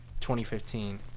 2015